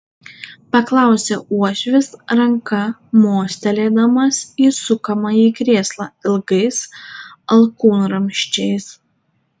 paklausė uošvis ranka mostelėdamas į sukamąjį krėslą ilgais alkūnramsčiais